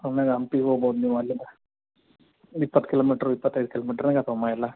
ಆಮೇಗೆ ಹಂಪಿಗ್ ಹೋಗ್ಬೋದು ನೀವು ಅಲ್ಲಿಂದ ಇಪ್ಪತ್ತು ಕಿಲೋಮೀಟ್ರು ಇಪ್ಪತೈದು ಕಿಲೋಮೀಟ್ರು ಅಮ್ಮ ಎಲ್ಲ